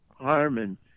Harmon